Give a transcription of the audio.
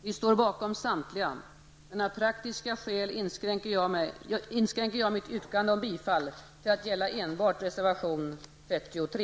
Vi står bakom samtliga, men av praktiska skäl inskränker jag mitt yrkande om bifall till att gälla enbart reservation 33.